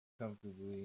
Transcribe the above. comfortably